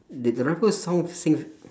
did the rapper song sing